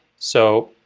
so,